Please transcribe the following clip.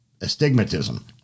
astigmatism